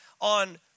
on